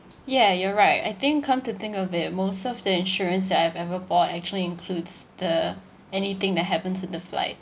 ya you're right I think come to think of it most of the insurance that I've ever bought actually includes the anything that happens with the flights